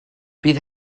bydd